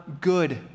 good